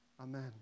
Amen